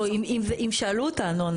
לא, אם שאלו אותנו.